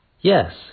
Yes